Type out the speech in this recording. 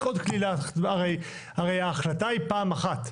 הרי ההחלטה היא פעם אחת.